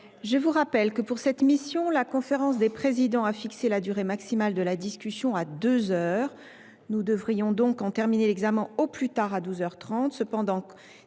je vous rappelle que, pour cette mission, la conférence des présidents a fixé la durée maximale de la discussion à deux heures. Nous devrions donc avoir terminé son examen à douze heures